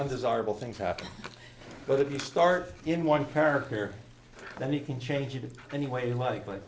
undesirable things happen but if you start in one parent here then you can change it anyway like